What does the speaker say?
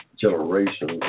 generations